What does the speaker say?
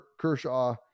Kershaw